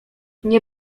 nie